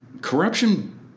Corruption